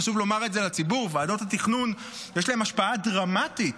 חשוב לומר את זה לציבור: לוועדות התכנון יש השפעה דרמטית